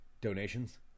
donations